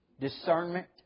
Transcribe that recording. discernment